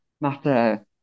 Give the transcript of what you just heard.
matter